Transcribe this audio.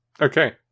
okay